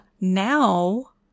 now